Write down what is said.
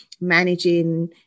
managing